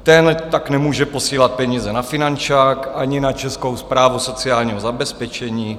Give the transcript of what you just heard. Ten tak nemůže posílat peníze na finančák ani na Českou správu sociálního zabezpečení.